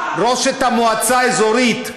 ראשת המועצה האזורית,